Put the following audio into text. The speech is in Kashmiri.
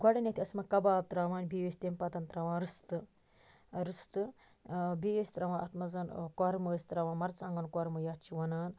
گۄڈٕنیٚتھ ٲسۍ یِمَن کَباب تراوان بیٚیہِ ٲسۍ تمہِ پَتہٕ تراوان رِستہٕ رِستہٕ بیٚیہِ ٲسۍ تراوان اتھ مَنٛز کۄرمہٕ ٲسۍ تراوان مَرژٕوانٛگَن کۄرمہٕ یَتھ چھِ وَنان